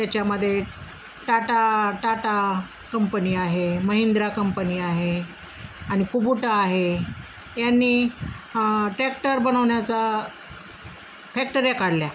त्याच्यामध्ये टाटा टाटा कंपनी आहे महिंद्रा कंपनी आहे आणि कुबुटा आहे यांनी टॅक्टर बनवण्याचा फॅक्टऱ्या काढल्या